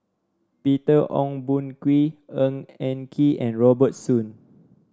Peter Ong Boon Kwee Ng Eng Kee and Robert Soon